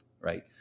right